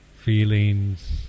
feelings